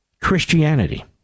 Christianity